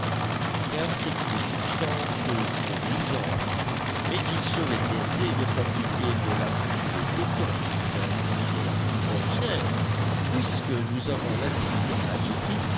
car c'est une substance trop brisante mais il serait aisé de fabriquer de la poudre coton ou même de la poudre ordinaire puisque nous avons l'acide